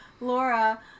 Laura